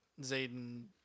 Zayden